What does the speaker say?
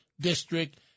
district